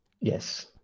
Yes